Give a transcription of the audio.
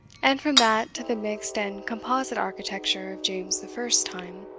and from that to the mixed and composite architecture of james the first's time,